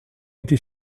était